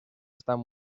están